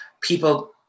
people